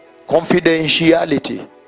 Confidentiality